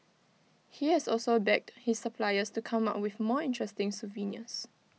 he has also begged his suppliers to come up with more interesting souvenirs